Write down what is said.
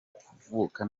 kuvuka